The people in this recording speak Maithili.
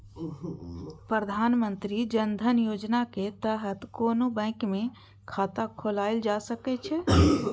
प्रधानमंत्री जन धन योजनाक तहत कोनो बैंक मे खाता खोलाएल जा सकै छै